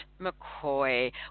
McCoy